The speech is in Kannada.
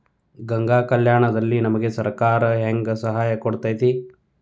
ಗಂಗಾ ಕಲ್ಯಾಣ ದಲ್ಲಿ ನಮಗೆ ಸರಕಾರ ಹೆಂಗ್ ಸಹಾಯ ಕೊಡುತೈತ್ರಿ?